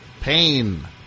pain